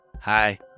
Hi